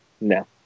No